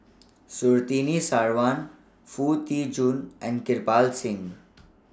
Surtini Sarwan Foo Tee Jun and Kirpal Singh